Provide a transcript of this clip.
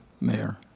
Mayor